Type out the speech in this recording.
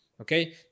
Okay